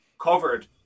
covered